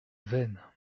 veynes